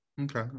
Okay